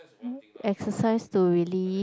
exercise to really